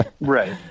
Right